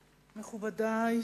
מכובדי,